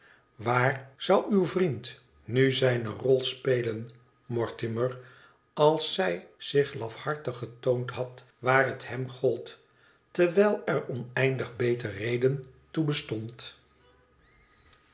waar zou uw vriend nu zijne rol spelen mortimer als zij zich lafhartig getoond had waar het hem gold terwijl er oneindig beter reden toe bestond